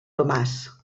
tomàs